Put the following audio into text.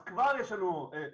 אז כבר יש לנו בעיה.